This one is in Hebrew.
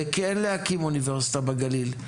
וכן להקים אוניברסיטה בגליל,